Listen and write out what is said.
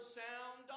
sound